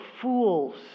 fools